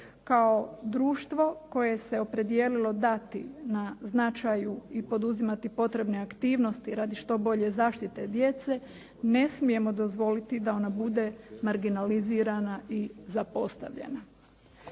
kao društvo koje se opredijelilo dati na značaju i poduzimati potrebne aktivnosti radi što bolje zaštite djece, ne smijemo dozvoliti da ona bude marginalizirana i zapostavljena.